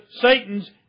Satan's